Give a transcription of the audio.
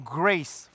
grace